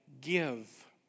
give